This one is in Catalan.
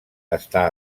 està